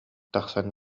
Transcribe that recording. тахсан